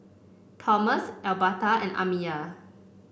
Tomas Elberta and Amiya